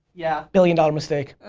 yeah. billion dollar mistake.